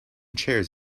chairs